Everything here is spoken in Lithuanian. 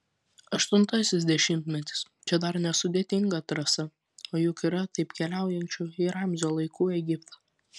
aštuntasis dešimtmetis čia dar nesudėtinga trasa o juk yra taip keliaujančių į ramzio laikų egiptą